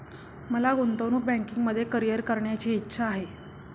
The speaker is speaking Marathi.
मला गुंतवणूक बँकिंगमध्ये करीअर करण्याची इच्छा आहे